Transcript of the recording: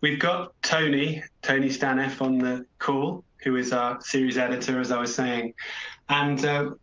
we've got tony, tony, stan, f on the cool. who is our series editor? as i was saying and